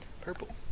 Purple